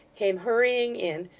came hurrying in,